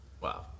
Wow